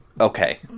okay